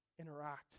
interact